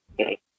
Okay